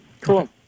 cool